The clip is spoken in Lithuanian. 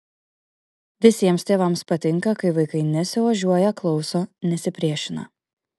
visiems tėvams patinka kai vaikai nesiožiuoja klauso nesipriešina